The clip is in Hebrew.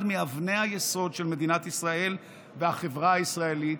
מאבני היסוד של מדינת ישראל והחברה הישראלית,